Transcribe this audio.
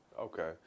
okay